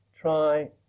try